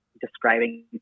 Describing